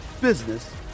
business